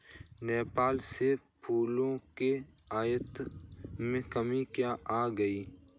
नेपाल से फलों के आयात में कमी क्यों आ गई?